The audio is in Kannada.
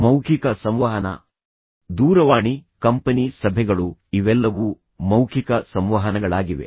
ಮೌಖಿಕ ಸಂವಹನ ದೂರವಾಣಿ ಕಂಪನಿ ಸಭೆಗಳು ಇವೆಲ್ಲವೂ ಮೌಖಿಕ ಸಂವಹನಗಳಾಗಿವೆ